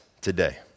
today